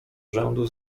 rzędu